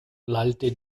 lallte